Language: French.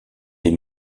des